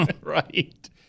right